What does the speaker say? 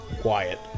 quiet